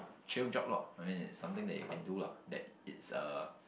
chill drop lock I mean it's something that you can do lah that it's a